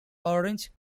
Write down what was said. orange